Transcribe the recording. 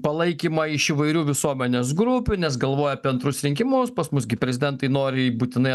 palaikymą iš įvairių visuomenės grupių nes galvoja apie antrus rinkimus pas mus gi prezidentai nori jį būtinai